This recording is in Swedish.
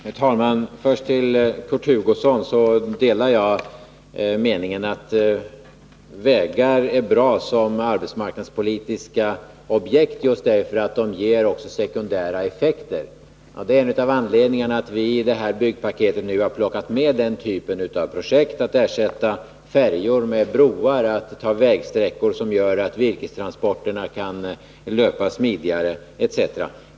Herr talman! Först till Kurt Hugosson: Jag delar meningen att vägar är bra som arbetsmarknadspolitiska objekt, eftersom de ger sekundära effekter. Det är en av anledningarna till att vi i byggpaketet också har plockat in denna typ av projekt. Det kan gälla att ersätta färjor med broar, att anlägga vägsträckor som gör att virkestransporterna kan löpa smidigare etc.